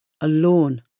Alone